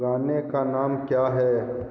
गाने का नाम क्या है